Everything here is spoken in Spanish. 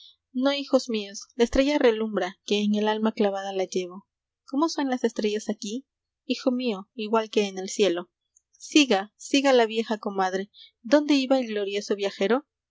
no hijos míos la estrella relumbra que en el alma clavada la llevo cómo son las estrellas aquí hijo mío igual que en el cielo siga siga la vieja comadre dónde iba el glorioso viajero